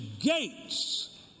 gates